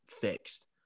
fixed